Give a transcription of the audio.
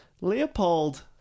Leopold